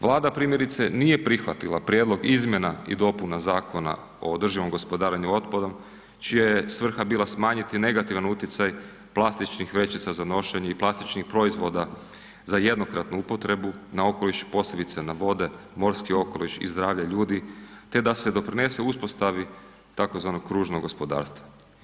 Vlada primjerice nije prihvatila Prijedlog izmjena i dopuna Zakona o održivom gospodarenju otpadom čija je svrha bila smanjiti negativan utjecaj plastičnih vrećica za nošenje i plastičnih proizvoda za jednokratnu upotrebu na okoliš, posebice na vode, morski okoliš i zdravlje ljudi, te da se doprinese uspostavi tzv. kružnog gospodarstva.